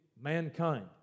mankind